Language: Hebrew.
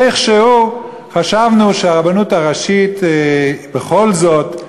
איכשהו חשבנו שהרבנות הראשית בכל זאת,